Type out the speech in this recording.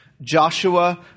Joshua